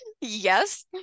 Yes